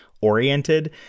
oriented